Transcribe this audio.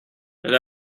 and